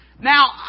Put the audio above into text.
Now